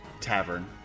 tavern